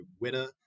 winner